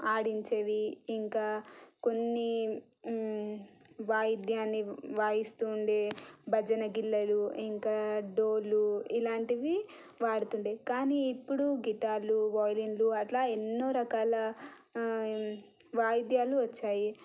ఆడించేవి ఇంకా కొన్ని వాయిద్యాన్ని వాయిస్తూ ఉండే భజన గిల్లలు ఇంకా డోలు ఇలాంటివి వాడుతుండే కానీ ఇప్పుడు గిటార్లు వయోలిన్లు అట్లా ఎన్నో రకాల వాయిద్యాలు వచ్చాయి